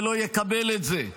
שלא יקבל את זה,